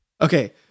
Okay